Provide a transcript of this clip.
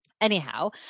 anyhow